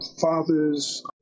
father's